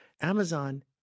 Amazon